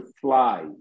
fly